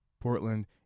Portland